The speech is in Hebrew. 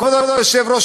כבוד היושב-ראש,